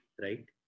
right